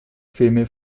filme